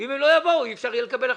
ואם הם לא יבואו אי אפשר יהיה לקבל החלטה.